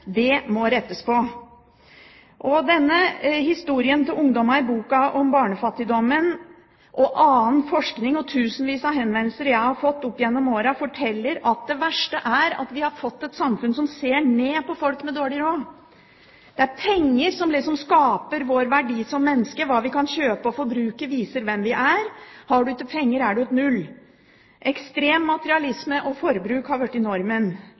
Det må rettes på. Denne historien til ungdommene i boka om barnefattigdommen, annen forskning og tusenvis av henvendelser jeg har fått opp gjennom årene, forteller at det verste er at vi har fått et samfunn som ser ned på folk med dårlig råd. Det er penger som liksom skaper vår verdi som mennesker. Hva vi kan kjøpe og forbruke, viser hvem vi er. Har du ikke penger, er du et null. Ekstrem materialisme og forbruk har